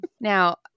Now